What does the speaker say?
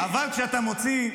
אבל כשאתה מוציא,